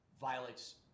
violates